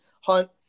hunt